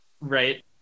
right